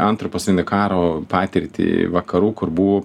antro pasaulinio karo patirtį vakarų kur buvo